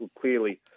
clearly